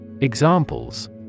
Examples